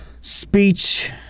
speech